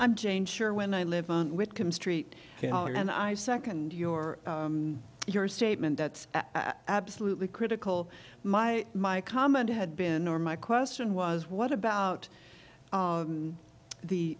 i'm jane sure when i live on whitcomb street and i nd your your statement that's absolutely critical my my comment had been or my question was what about